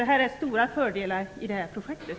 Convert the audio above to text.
Det finns alltså stora fördelar med det här projektet.